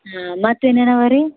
ಹಾಂ ಮತ್ತಿನ್ನೇನಿವೆ ರೀ